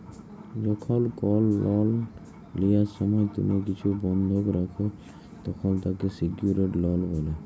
যখল কল লন লিয়ার সময় তুমি কিছু বনধক রাখে ল্যয় তখল তাকে স্যিক্যুরড লন বলে